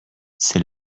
c’est